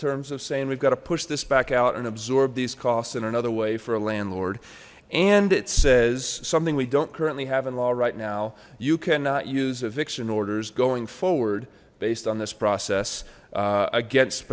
terms of saying we've got to push this back out and absorb these costs in another way for a landlord and it says something we don't currently have in law right now you cannot use eviction orders going forward based on this process against